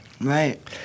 Right